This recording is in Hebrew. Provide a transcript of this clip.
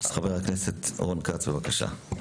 חבר הכנסת רון כץ, בבקשה.